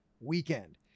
weekend